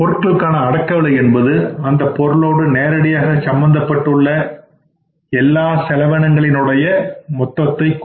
பொருட்களுக்கான அடக்கவிலை என்பது அந்தப் பொருளோடு நேரடியாக சம்பந்தப்பட்ட உள்ள எல்லா செலவினங்களின் உடைய மொத்தத்தை குறிக்கும்